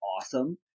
awesome